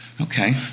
Okay